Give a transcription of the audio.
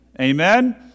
amen